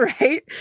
Right